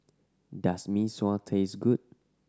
does Mee Sua taste good